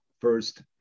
first